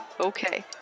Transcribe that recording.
Okay